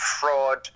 fraud